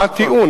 מה הטיעון?